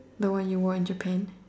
the one you wore in Japan